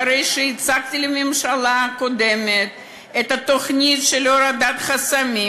אחרי שהצגתי לממשלה הקודמת את התוכנית של הורדת חסמים,